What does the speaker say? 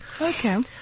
Okay